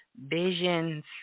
visions